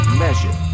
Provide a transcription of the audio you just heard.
measure